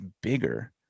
bigger